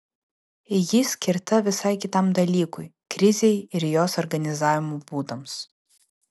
ji skirta visai kitam dalykui krizei ir jos organizavimo būdams